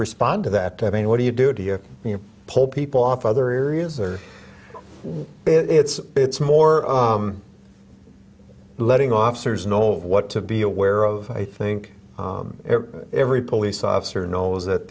respond to that i mean what do you do you pull people off other areas or it's it's more letting officers know what to be aware of i think every police officer knows that